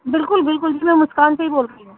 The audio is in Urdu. بالکل بالکل جی میں مسکان سے بول رہی ہوں